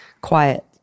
quiet